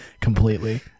completely